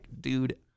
dude